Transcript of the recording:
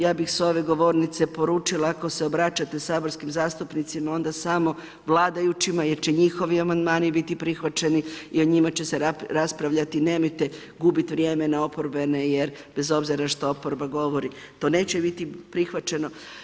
Ja bih s ove govornice poručila ako se obraćate saborskim zastupnicima onda samo vladajućima jer će njihovi amandmani biti prihvaćeni i o njima će se raspravljati, nemojte gubiti vrijeme na oporbene jer bez obzira što oporba govori to neće biti prihvaćeno.